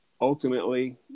ultimately